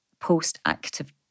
post-active